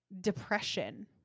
depression